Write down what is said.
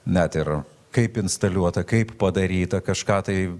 net ir kaip instaliuota kaip padaryta kažką tai